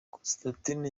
constantine